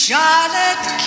Charlotte